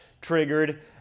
triggered